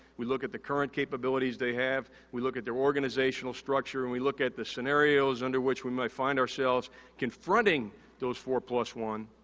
we look at the current capabilities they have, we look at their organizational structure. when and we look at the scenarios under which we might find ourselves confronting those four plus one,